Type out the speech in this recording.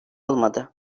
olmadı